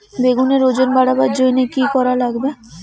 বেগুনের ওজন বাড়াবার জইন্যে কি কি করা লাগবে?